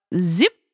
Zip